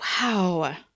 Wow